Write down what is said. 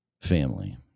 family